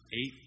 eight